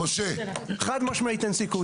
חד משמעית אין סיכוי.